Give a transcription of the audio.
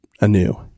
anew